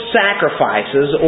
sacrifices